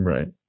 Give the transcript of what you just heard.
Right